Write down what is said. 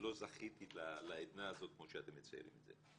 ולא זכיתי לעדנה הזאת כמו שאתם מציירים את זה.